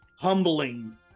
humbling